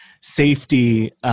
safety